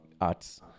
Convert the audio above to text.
arts